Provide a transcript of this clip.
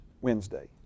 Wednesday